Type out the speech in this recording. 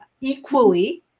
equally